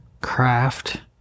Craft